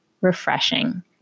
refreshing